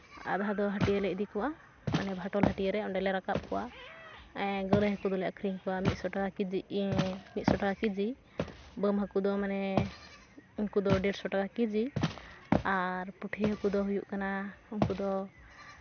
ᱟᱫᱷᱟ ᱫᱚ ᱦᱟᱹᱴᱭᱟᱹᱞᱮ ᱤᱫᱤ ᱠᱚᱣᱟ ᱢᱟᱱᱮ ᱵᱷᱟᱴᱳᱞ ᱦᱟᱹᱴᱭᱟ ᱨᱮ ᱚᱸᱰᱮᱞᱮ ᱨᱟᱠᱟᱵᱽ ᱠᱚᱣᱟ ᱜᱟᱹᱲᱟᱹᱭ ᱦᱟᱹᱠᱩ ᱫᱚᱞᱮ ᱟᱠᱷᱨᱤᱧ ᱠᱚᱣᱟ ᱢᱤᱫ ᱥᱚ ᱴᱟᱠᱟ ᱠᱮᱡᱤ ᱤᱧ ᱢᱤᱫ ᱥᱚ ᱴᱟᱠᱟ ᱠᱮᱡᱤ ᱵᱟᱹᱱ ᱦᱟᱹᱠᱩ ᱫᱚ ᱢᱟᱱᱮ ᱩᱱᱠᱩ ᱫᱚ ᱰᱮᱲᱥᱚ ᱴᱟᱠᱟ ᱠᱮᱡᱤ ᱟᱨ ᱯᱩᱴᱷᱤ ᱦᱟᱹᱠᱩ ᱫᱚ ᱦᱩᱭᱩᱜ ᱠᱟᱱᱟ ᱩᱱᱠᱩ ᱫᱚ